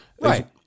right